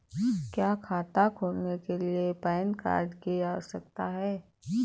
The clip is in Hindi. क्या खाता खोलने के लिए पैन कार्ड की आवश्यकता होती है?